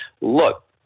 look